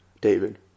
David